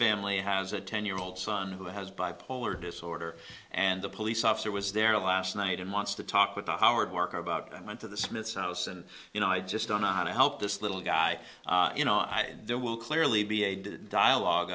family has a ten year old son who has bipolar disorder and the police officer was there last night and wants to talk with the howard mark about a month to the smith's house and you know i just don't know how to help this little guy you know i there will clearly be a dialogue